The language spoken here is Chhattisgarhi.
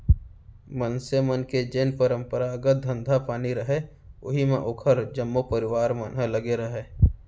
मनसे मन के जेन परपंरागत धंधा पानी रहय उही म ओखर जम्मो परवार मन ह लगे रहय